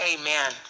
amen